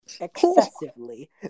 excessively